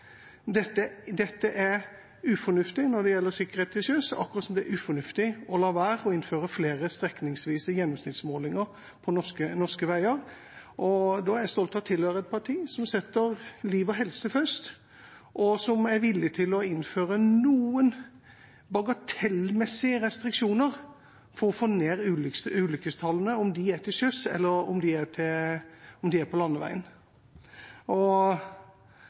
Dette er ufornuftig når det gjelder sikkerhet til sjøs, akkurat som det er ufornuftig å la være å innføre flere strekningsvise gjennomsnittsmålinger på norske veier. Jeg er stolt av å tilhøre et parti som setter liv og helse først, og som er villig til å innføre noen bagatellmessige restriksjoner for å få ned ulykkestallene, om de er til sjøs, eller om de er på landeveien.